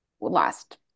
last